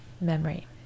memory